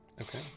okay